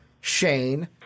Shane